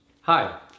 Hi